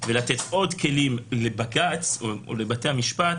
ולתת עוד כלים לבג"ץ או לבתי המשפט,